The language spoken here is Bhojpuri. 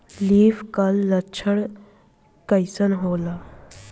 लीफ कल लक्षण कइसन होला?